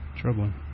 Troubling